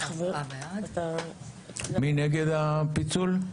הצבעה בעד, רוב נגד,